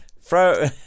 Throw